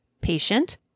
patient